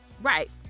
right